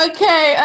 Okay